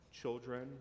children